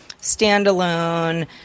standalone –